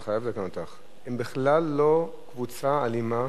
הם בכלל לא אלימים,